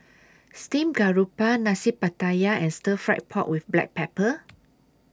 Steamed Garoupa Nasi Pattaya and Stir Fry Pork with Black Pepper